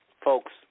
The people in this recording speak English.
Folks